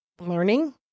learning